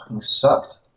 sucked